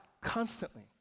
constantly